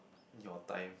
your time